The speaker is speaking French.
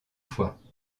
fois